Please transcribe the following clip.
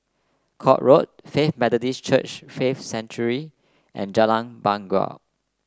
Court Road Faith Methodist Church Faith Sanctuary and Jalan Bangau